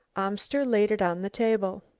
amster laid it on the table.